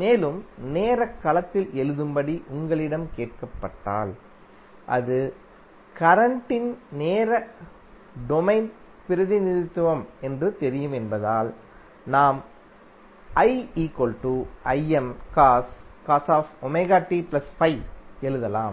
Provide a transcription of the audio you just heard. மேலும் நேரக் களத்தில் எழுதும்படி உங்களிடம் கேட்கப்பட்டால் அதுகரண்ட்டின் நேர டொமைன் பிரதிநிதித்துவம்என்று தெரியும் என்பதால் நாம் எழுதலாம்